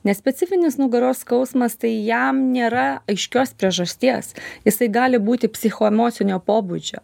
nespecifinis nugaros skausmas tai jam nėra aiškios priežasties jisai gali būti psichoemocinio pobūdžio